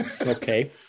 okay